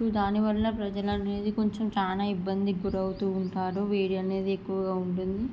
so దానివల్ల ప్రజలు అనేది కొంచెం చాలా ఇబ్బందికి గురి అవుతుంటారు వేడి అనేది ఎక్కువగా ఉంటుంది